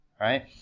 Right